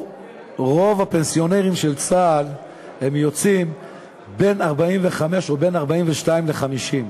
רוב הפנסיונרים של צה"ל יוצאים בין 45 או בין 42 ל-50,